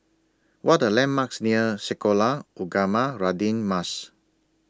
What Are The landmarks near Sekolah Ugama Radin Mas